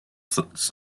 sons